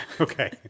Okay